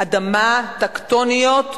אדמה טקטוניות,